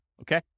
Okay